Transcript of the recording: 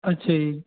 ਅੱਛਾ ਜੀ